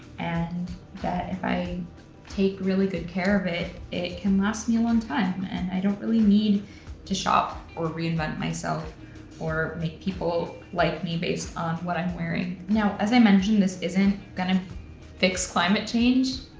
and that if i take really good care of it, it can last me a long time, and i don't really need to shop or reinvent myself or make people like me based on what i'm wearing. now, as i mentioned, this isn't gonna fix climate change.